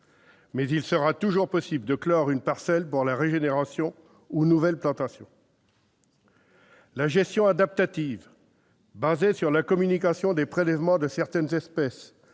mais il sera toujours possible de clore une parcelle pour sa régénération ou pour une nouvelle plantation. La gestion adaptative, fondée sur la communication des prélèvements de certaines espèces,